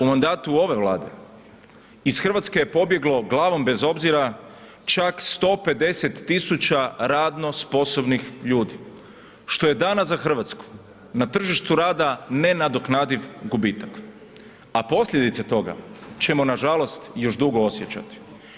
U mandatu ove Vlade iz Hrvatske je pobjeglo glavnom bez obzira čak 150 tisuća radno sposobnih ljudi, što je danas za Hrvatsku na tržištu rada nenadoknadiv gubitak, a posljedice toga ćemo nažalost još dugo osjećati.